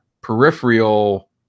peripheral